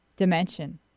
dimension